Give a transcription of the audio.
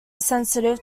sensitive